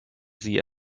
sie